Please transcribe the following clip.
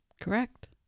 Correct